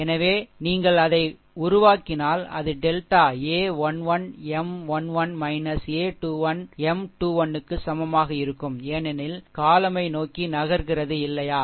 எனவே நீங்கள் இதை உருவாக்கினால் அது delta a 1 1 M 1 1 a 21 M 21 க்கு சமமாக இருக்கும் ஏனெனில் column யை நோக்கி நகர்கிறது இல்லையா